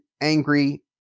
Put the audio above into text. angry